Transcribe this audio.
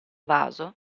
vaso